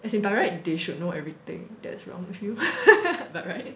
as in by right they should know everything that's wrong with you but [right]